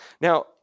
Now